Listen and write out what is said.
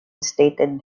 stated